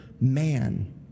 man